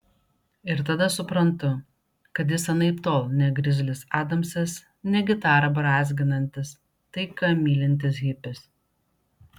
ir tada suprantu kad jis anaiptol ne grizlis adamsas ne gitarą brązginantis taiką mylintis hipis